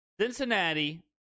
Cincinnati